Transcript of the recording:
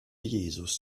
jesus